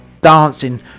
dancing